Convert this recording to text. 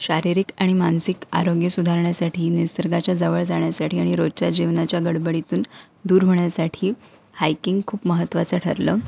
शारीरिक आणि मानसिक आरोग्य सुधारण्यासाठी निसर्गाच्या जवळ जाण्यासाठी आणि रोजच्या जीवनाच्या गडबडीतून दूर होण्यासाठी हायकिंग खूप महत्त्वाचं ठरलं